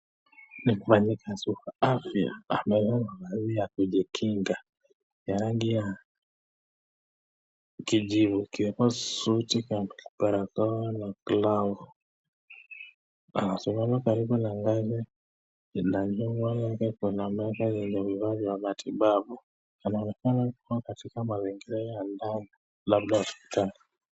Mfanyikazi wa afya amevaa mavazi ya kujikinga ya rangi ya kijivu ikiwemo suti na barakoa na glavu. Anasimama karibu na ngazi na nyuma yake kuna meza yenye vifaa vya matibabau. Anaonekana kuwa katika mazingira ya matibabu, labda hospitali.